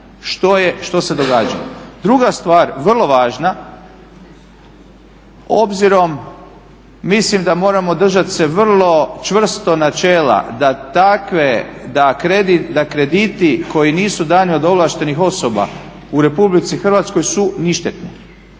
što se događa. Druga stvar vrlo važna, obzirom mislim da moramo držat se vrlo čvrsto načela da krediti koji nisu dani od ovlaštenih osoba u Republici Hrvatskoj su ništetni.